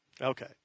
Okay